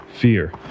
fear